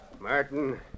Martin